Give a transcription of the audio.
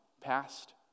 past